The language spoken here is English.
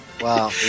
Wow